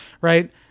Right